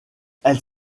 elle